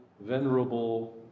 venerable